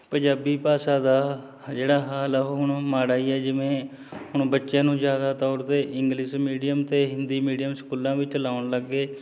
ਪੰਜਾਬੀ ਭਾਸ਼ਾ ਦਾ ਜਿਹੜਾ ਹਾਲ ਆ ਉਹ ਹੁਣ ਮਾੜਾ ਹੀ ਆ ਜਿਵੇਂ ਹੁਣ ਬੱਚਿਆਂ ਨੂੰ ਜ਼ਿਆਦਾ ਤੌਰ 'ਤੇ ਇੰਗਲਿਸ਼ ਮੀਡੀਅਮ ਅਤੇ ਹਿੰਦੀ ਮੀਡੀਅਮ ਸਕੂਲਾਂ ਵਿੱਚ ਲਾਉਣ ਲੱਗ ਗਏ